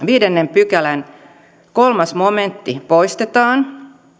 pykälän kolmas momentti poistetaan